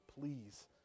please